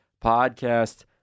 podcast